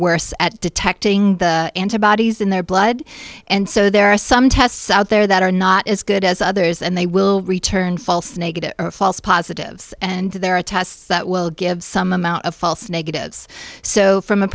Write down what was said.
worse at detecting the antibodies in their blood and so there are some tests out there that are not as good as others and they will return false negative false positives and there are tests that will give some amount of false negatives so from a